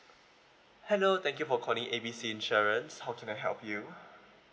hello thank you for calling A B C insurance how can I help you